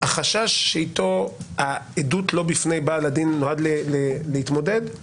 החשש שהעדות לא בפני בעל הדין שנועד להתמודד הוא